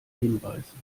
hinweisen